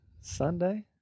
Sunday